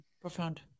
Profound